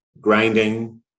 grinding